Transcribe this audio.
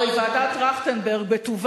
מאה אחוז, שמענו אותך.